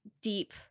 deep